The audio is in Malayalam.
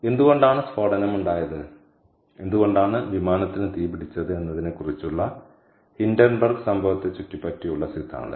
എന്തുകൊണ്ടാണ് സ്ഫോടനം ഉണ്ടായത് എന്തുകൊണ്ടാണ് വിമാനത്തിന് തീപിടിച്ചത് എന്നതിനെക്കുറിച്ചുള്ള ഹിൻഡൻബർഗ് സംഭവത്തെ ചുറ്റിപ്പറ്റിയുള്ള സിദ്ധാന്തങ്ങൾ